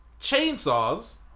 chainsaws